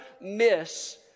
miss